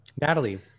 natalie